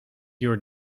your